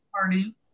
party